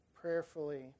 prayerfully